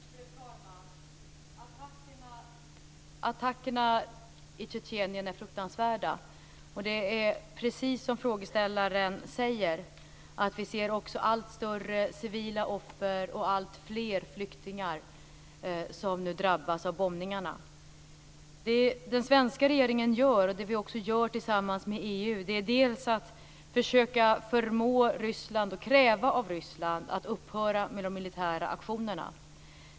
Fru talman! Attackerna i Tjetjenien är fruktansvärda. Det är precis så som frågeställaren säger, nämligen att vi nu ser alltfler civila offer och alltfler flyktingar som drabbas av bombningarna. Det som den svenska regeringen gör - också tillsammans med EU - är att man försöker förmå Ryssland att upphöra med de militära aktionerna och försöker kräva det av Ryssland.